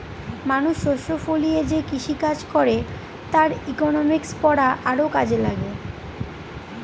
মানুষ শস্য ফলিয়ে যে কৃষিকাজ করে তার ইকনমিক্স পড়া আরও কাজে লাগে